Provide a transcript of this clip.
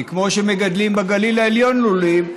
כי כמו שמקימים בגליל העליון לולים,